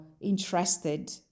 interested